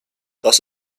das